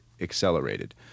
accelerated